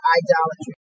idolatry